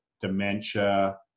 dementia